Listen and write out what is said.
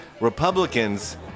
Republicans